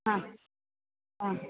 ആ ആ